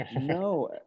no